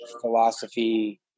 philosophy